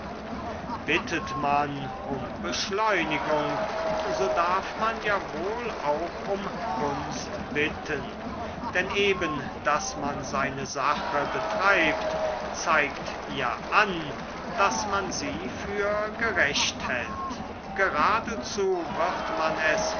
bittet man um beschleunigung so darf man ja wohl auch um gunst bitten denn eben daß man seine sache betreibt zeigt ja an daß man sie für gerecht hält geradezu wird man es